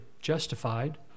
justified